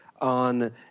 on